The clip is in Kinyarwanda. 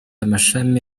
amashami